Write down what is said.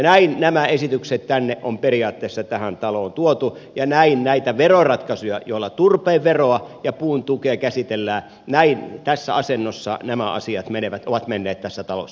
näin nämä esitykset on periaatteessa tähän taloon tuotu ja tässä asennossa nämä asiat nämä veroratkaisut joilla turpeen veroa ja puun tukea käsitellään näin tässä asennossa nämä asiat menevät ovat menneet tässä talossa